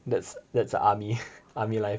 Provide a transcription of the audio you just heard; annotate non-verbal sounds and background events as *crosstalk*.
that's that's the army *laughs* army life